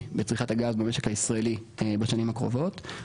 בצריכת הגז במשק הישראלי בשנים הקרובות,